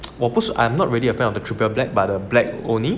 我不是 I'm not really a fan of the trooper black but the black only